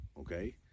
Okay